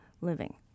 living